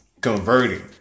converting